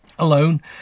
alone